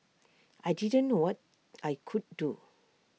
I didn't know what I could do